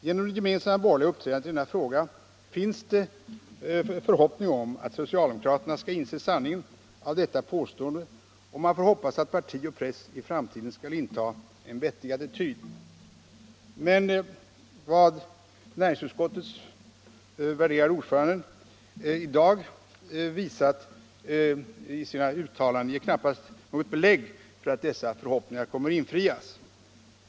Genom det gemensamma borgerliga uppträdandet i denna fråga finns det förhoppning om att socialdemokraterna skall inse sanningen av detta påstående, och man får hoppas att parti och press i framtiden skall inta en vettig attityd. Men vad näringsutskottets värderade ordförande i dag visat i sina uttalanden ger knappast något belägg för att dessa förhoppningar kommer att infrias.